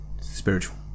spiritual